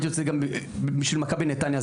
היית עושה גם בשביל מכבי נתניה,